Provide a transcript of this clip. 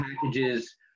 packages